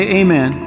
amen